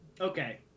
Okay